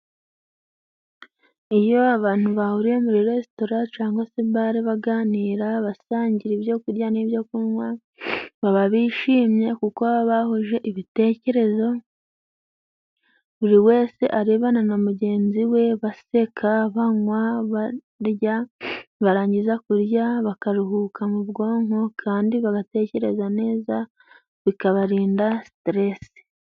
Iyo abantu bahuriye muri resitora cyangwa se bale baganira, basangira ibyo kurya n'ibyo kunywa, baba bishimye kuko bahuje ibitekerezo, buri wese arebana na mugenzi we baseka, banywa, barya, barangiza kurya bakaruhuka mu bwonko, kandi bagatekereza neza bikabarinda siterese